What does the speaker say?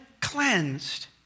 cleansed